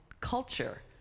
culture